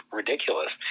ridiculous